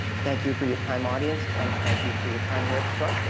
thank you for your time audience and thank you for your time here at